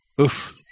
Oof